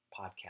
podcast